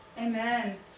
amen